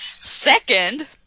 Second